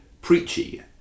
preachy